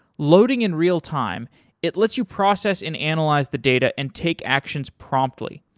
loading in real-time, it lets you process and analyze the data and take actions promptly.